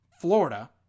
Florida